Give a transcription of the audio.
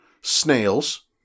Snails